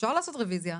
אפשר לעשות רוויזיה.